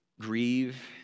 grieve